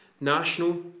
national